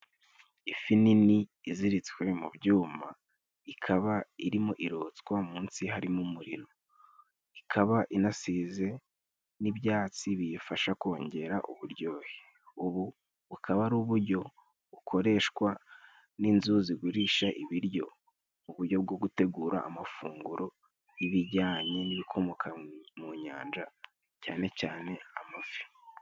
Ifi nini iziritswe mu byuma, ikaba irimo irotswa munsi harimo umuriro, ikaba inasize n'ibyatsi biyifasha kongera uburyohe. Ubu bukaba ari uburyo bukoreshwa n'inzu zigurisha ibiryo, uburyo bwo gutegura amafunguro y'ibijyanye n'ibikomoka mu nyanja cyane cyane amafi.